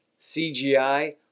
CGI